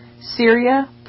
Syria